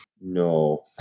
No